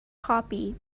copy